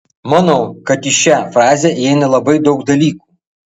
manau kad į šią frazę įeina labai daug dalykų